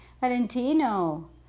Valentino